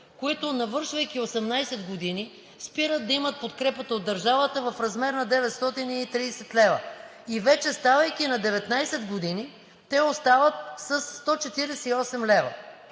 които, навършвайки 18 години, спират да имат подкрепа от държавата – в размер на 930 лв. Ставайки на 19 години, те остават със 148 лв.,